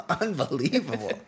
Unbelievable